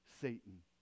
satan